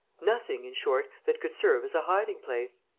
nothing, in short, that could serve as a hiding-place.